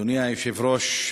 אדוני היושב-ראש,